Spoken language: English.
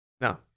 No